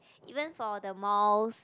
even for the malls